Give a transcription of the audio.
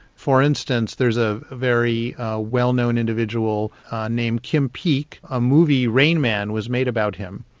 for instance there's a very well known individual named kim peak a movie, rain man was made about him.